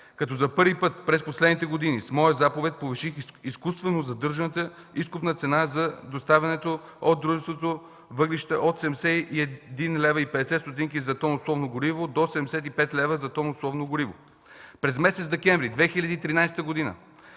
като за първи път през последните години с моя заповед повиших изкуствено задържаната изкупна цена за доставяните от дружество въглища от 71,50 лв. за тон условно гориво до 75 лв. за тон условно гориво. През месец декември 2013 г.